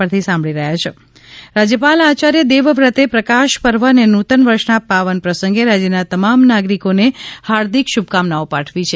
રાજયપાલ મુખ્યમંત્રી શુભેચ્છાઓ રાજ્યપાલ આચાર્ય દેવવ્રતે પ્રકાશપર્વ અને નૂતનવર્ષના પાવન પ્રસંગે રાજ્યના તમામ નાગરિકોને હાર્દિક શુભકામનાઓ પાઠવી છે